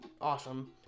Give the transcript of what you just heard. awesome